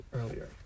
earlier